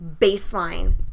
baseline